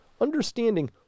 understanding